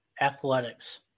Athletics